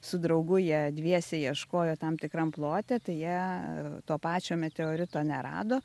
su draugu jie dviese ieškojo tam tikram plote tai jie to pačio meteorito nerado